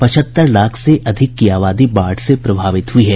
पचहत्तर लाख से अधिक की आबादी बाढ़ से प्रभावित हुई है